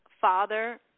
father